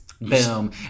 Boom